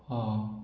ହଁ